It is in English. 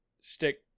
stick